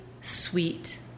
sweet